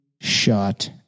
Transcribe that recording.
shot